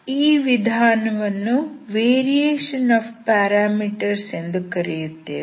ಈ ವಿಧಾನವನ್ನು variation of parameters ಎಂದು ಕರೆಯುತ್ತೇವೆ